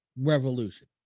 Revolution